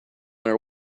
our